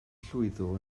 llwyddo